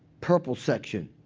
purple section.